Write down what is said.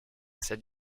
cette